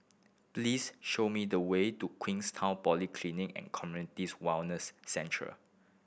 please show me the way to Queenstown Polyclinic and Community Wellness Centre